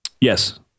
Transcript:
Yes